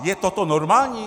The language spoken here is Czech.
Je toto normální?